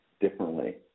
differently